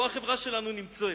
נמצאת.